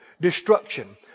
Destruction